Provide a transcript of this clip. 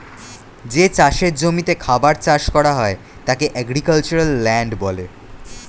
যে চাষের জমিতে খাবার চাষ করা হয় তাকে এগ্রিক্যালচারাল ল্যান্ড বলে